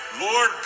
Lord